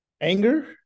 Anger